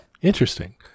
Interesting